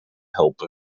helpen